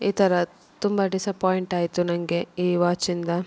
ಈ ಥರ ತುಂಬ ಡಿಸಪಾಯಿಂಟ್ ಆಯಿತು ನನಗೆ ಈ ವಾಚಿಂದ